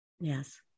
Yes